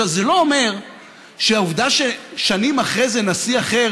זה לא אומר שהעובדה ששנים אחרי זה נשיא אחר